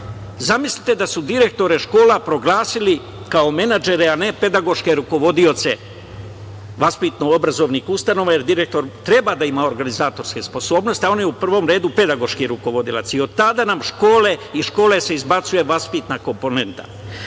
Zamislite da su direktore škola proglasili kao menadžere, a ne pedagoške rukovodioce vaspitno-obrazovnih ustanova, jer direktor treba da ima organizatorske sposobnosti, a on je u prvom redu pedagoški rukovodilac. Od tada nam se iz škole izbacuje vaspitna komponenta. Nadalje,